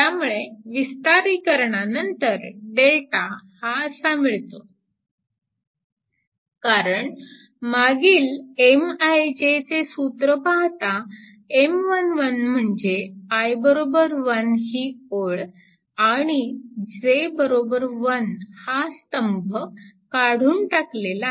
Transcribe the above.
त्यामुळे विस्तारीकरणानंतर कारण मागील Mij चे सूत्र पाहता M11 म्हणजे i 1 ही ओळ आणि j 1 हा स्तंभ काढून टाकलेला आहे